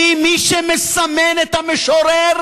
כי מי שמסמן את המשורר,